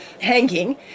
hanging